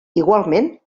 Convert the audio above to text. igualment